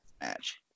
match